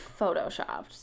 photoshopped